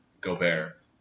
Gobert